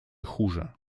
хуже